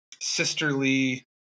sisterly